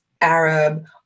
Arab